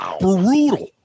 brutal